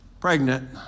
pregnant